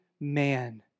man